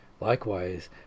Likewise